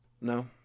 No